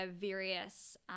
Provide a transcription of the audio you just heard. various